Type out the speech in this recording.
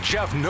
Jeff